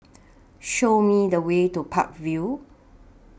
Show Me The Way to Park Vale